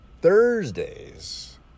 Thursdays